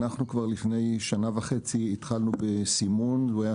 כבר לפני שנה וחצי התחלנו בסימון והוא היה